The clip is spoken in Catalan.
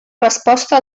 resposta